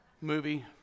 movie